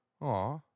Aw